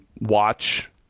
watch